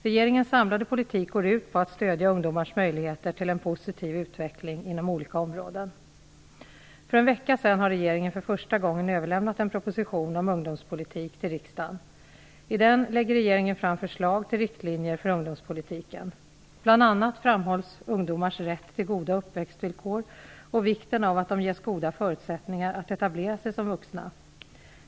Regeringens samlade politik går ut på att stödja ungdomars möjligheter till en positiv utveckling inom olika områden. För en vecka sedan har regeringen för första gången överlämnat en proposition om ungdomspolitik till riksdagen. I den lägger regeringen fram förslag till riktlinjer för ungdomspolitiken. Bl.a. framhålls ungdomars rätt till goda uppväxtvillkor och vikten av att de ges goda förutsättningar att etablera sig som vuxna.